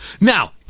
Now